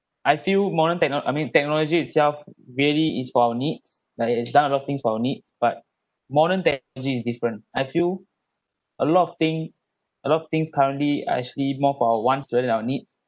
I feel modern techno~ I mean technology itself really is for our needs like of things for our needs but modern technology is different I feel a lot of thing a lot of things currently are actually more for our wants rather than our needs